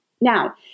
Now